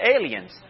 aliens